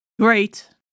great